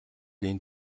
энд